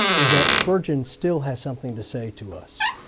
is that spurgeon still has something to say to us.